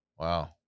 Wow